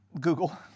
Google